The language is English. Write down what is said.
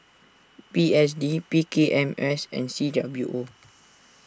P S D P K M S and C W O